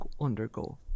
undergo